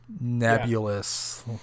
nebulous